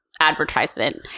advertisement